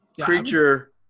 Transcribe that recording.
creature